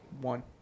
One